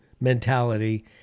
mentality